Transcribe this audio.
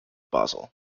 basel